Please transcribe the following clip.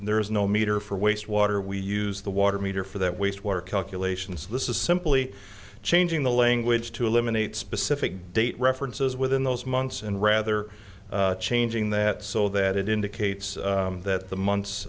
there is no meter for waste water we use the water meter for that waste water calculations this is simply changing the language to eliminate specific date references within those months and rather changing that so that it indicates that the months